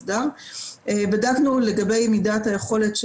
אנחנו התלבטנו לגבי הגיל המתאים,